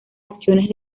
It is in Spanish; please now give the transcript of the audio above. acciones